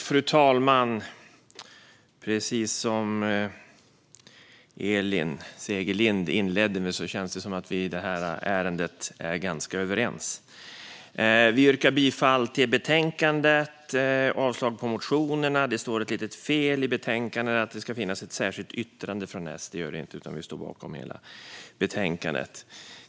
Fru talman! Precis som Elin Segerlind inledde med att säga känns det som att vi i detta ärende är ganska överens. Vi yrkar bifall till utskottets förslag och avslag på motionerna. I betänkandet står felaktigt att det ska finnas ett särskilt yttrande från S. Det gör det inte, utan vi står bakom förslaget.